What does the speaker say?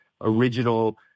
original